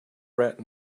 rat